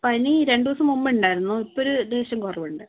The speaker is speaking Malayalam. പനി രണ്ടുദിവസം മുമ്പ് ഉണ്ടായിരുന്നു ഇപ്പോഴൊരു ലേശം കുറവുണ്ട്